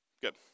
good